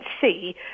see